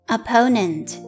Opponent